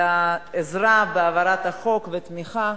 על העזרה בהעברת החוק והתמיכה,